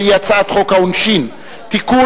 והיא הצעת חוק העונשין (תיקון,